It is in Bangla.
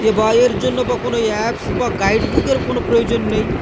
এ বা এর জন্য বা কোনো অ্যাপস বা গাইডবুকের কোনো প্রয়োজন নেই